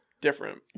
Different